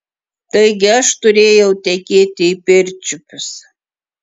taigi aš turėjau tekėti į pirčiupius